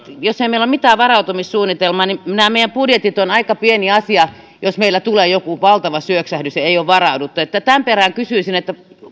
jos ei meillä ole mitään varautumissuunnitelmaa niin nämä meidän budjettimme ovat aika pieni asia jos meillä tulee joku valtava syöksähdys ja ei ole varauduttu tämän perään kysyisin